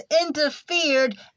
interfered